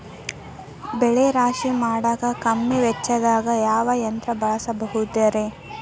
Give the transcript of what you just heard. ಬೆಳೆ ರಾಶಿ ಮಾಡಾಕ ಕಮ್ಮಿ ವೆಚ್ಚದಾಗ ಯಾವ ಯಂತ್ರ ಬಳಸಬಹುದುರೇ?